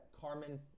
Carmen